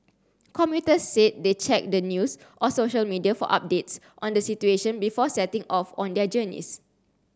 commuters said they checked the news or social media for updates on the situation before setting off on their journeys